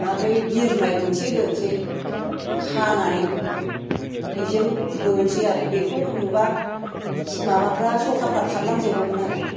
ओमफ्राय बिरनाय मोनसे होनोसै खानानै बेजों होनोसै आरो बेखौ नुबा माबाफोरा सखाफोरा खारलांजोबोमोन आरो